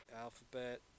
Alphabet